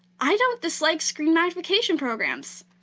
i don't dislike screen magnification programs.